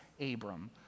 Abram